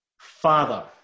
Father